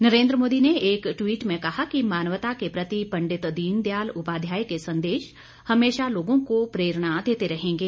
नरेन्द्र मोदी ने एक ट्वीट में कहा कि मानवता के प्रति पंडित दीनदयाल उपाध्याय के संदेश हमेशा लोगों को प्रेरणा देते रहेंगे